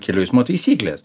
kelių eismo taisyklės